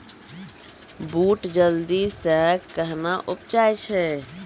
बूट जल्दी से कहना उपजाऊ छ?